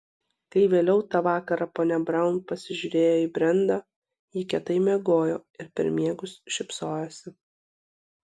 kai vėliau tą vakarą ponia braun pasižiūrėjo į brendą ji kietai miegojo ir per miegus šypsojosi